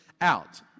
out